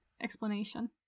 explanation